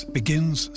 begins